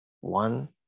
One